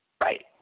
Right